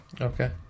Okay